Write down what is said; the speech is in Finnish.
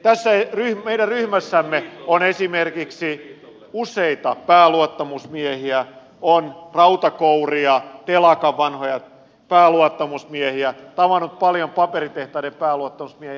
tässä meidän ryhmässämme on esimerkiksi useita pääluottamusmiehiä on rautakouria telakan vanhoja pääluottamusmiehiä olen tavannut paljon paperitehtaiden pääluottamusmiehiä